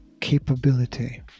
capability